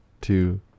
two